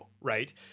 right